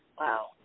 Wow